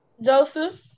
Joseph